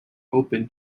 open